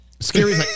Scary